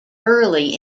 early